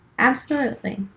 absolutely.